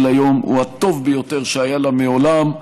היום הוא הטוב ביותר שהיה לה מעולם.